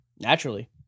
Naturally